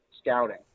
scouting